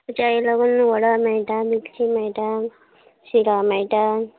चाये लागून वडा मेयटा मिरची मेयटा शिरा मेयटा